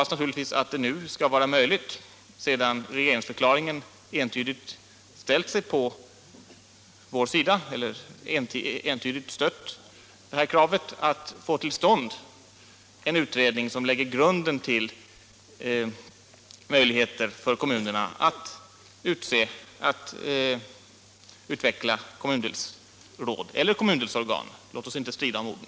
Sedan kravet nu förts in i regeringsförklaringen hoppas vi att få till stånd en utredning, som lägger grunden till möjligheter för kommunerna att utse kommundelsråd eller kommundelsorgan — låt oss inte strida om orden.